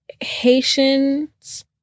Haitians